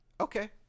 Okay